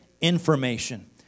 information